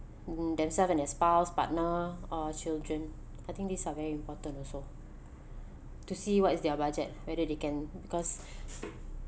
themselves and their spouse partner or children I think these are very important also to see what is their budget whether they can because